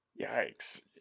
Yikes